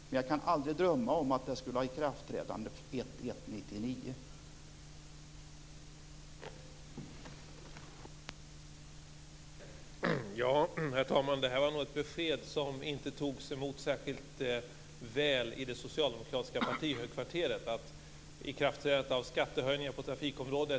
Men jag kan aldrig drömma om att det skulle ha ikraftträdande den 1 januari 1999.